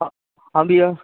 हं हाँ भैया